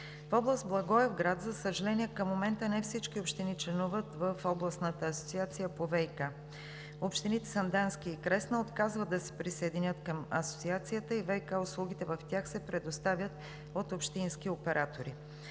В област Благоевград, за съжаление, към момента не всички общини членуват в Областната асоциация по ВиК. Общините Сандански и Кресна отказват да се присъединят към Асоциацията и ВиК услугите в тях се предоставят от общински оператори.